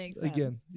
again